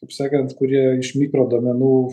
taip sakant kurie iš mikro duomenų